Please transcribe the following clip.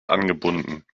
angebunden